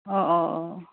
অ' অ' অ'